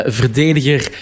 verdediger